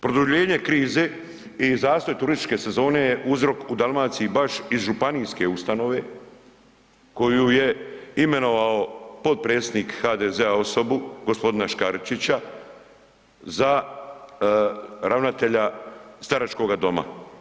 Produljenje krize i zastoj turističke sezone je uzrok u Dalmaciji iz županijske ustanove koju je imenovao potpredsjednik HDZ-a osobu gospodina Škaričića za ravnatelja staračkoga doma.